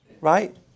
Right